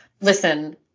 Listen